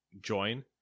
join